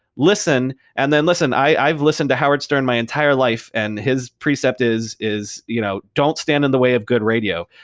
listen. and then listen, i've listened to howard stern my entire life and his precept is is you know don't stand in the way of good radio.